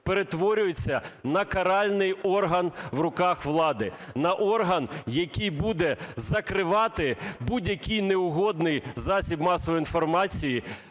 перетворюється на каральний орган в руках влади, на орган, який буде закривати будь-які неугодний засіб масової інформації,